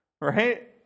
Right